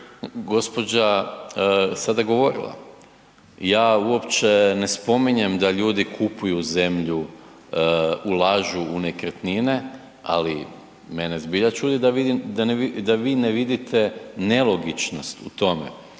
gospođa sada govorila. Ja uopće ne spominjem da ljudi kupuju zemlju, ulažu u nekretnine, ali mene zbilja čudi da vi ne vidite nelogičnost u tome,